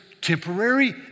temporary